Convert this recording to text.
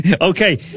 Okay